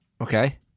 Okay